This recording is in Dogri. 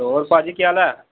हैलो होर पाजी केह् हाल ऐ